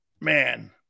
Man